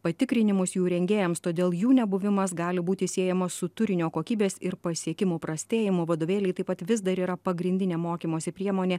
patikrinimus jų rengėjams todėl jų nebuvimas gali būti siejamas su turinio kokybės ir pasiekimų prastėjimu vadovėliai taip pat vis dar yra pagrindinė mokymosi priemonė